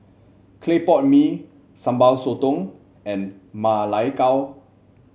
Clay Pot Mee Sambal Sotong and Ma Lai Gao